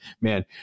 man